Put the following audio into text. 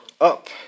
up